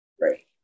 right